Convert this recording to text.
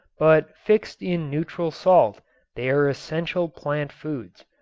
but fixed in neutral salt they are essential plant foods.